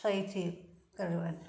सही थी करि